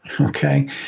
Okay